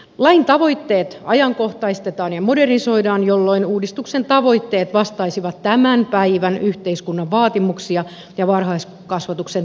lain tavoitteet ajankohtaistetaan ja modernisoidaan jolloin uudistuksen tavoitteet vastaisivat tämän päivän yhteiskunnan vaatimuksia ja varhaiskasvatuksen toimintakulttuuria